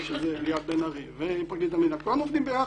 שזה ליאת בן ארי ופרקליט המדינה כולנו עובדים ביחד.